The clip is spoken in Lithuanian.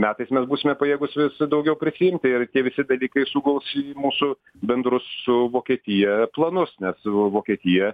metais mes būsime pajėgūs vis daugiau prisiimti ir tie visi dalykai suguls į mūsų bendrus su vokietija planus nes vokietija